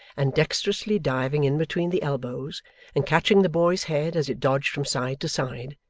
and dexterously diving in between the elbows and catching the boy's head as it dodged from side to side,